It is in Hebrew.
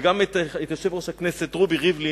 וגם את יושב-ראש הכנסת, רובי ריבלין,